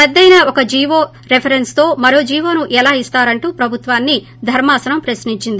రద్దయిన ఒక G O reference తో మరో జీవోను ఎలా ఇస్తారంటూ ప్రభుత్వాన్ని ధర్శాసనం ప్రశ్నించీంది